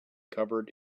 covered